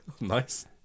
nice